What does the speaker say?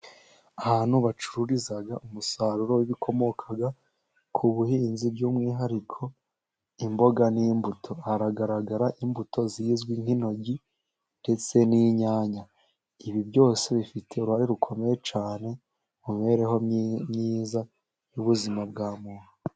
Ahantu bacururiza umusaruro w'bikomoka ku buhinzi, by'umwihariko imboga n'imbuto, hagaragara imbuto zizwi nk'intoryi ndetse n'inyanya, ibi byose bifite uruhare rukomeye cyane mu mibereho myiza y'ubuzima bwa muntu.